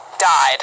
died